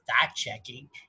fact-checking